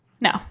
No